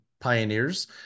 pioneers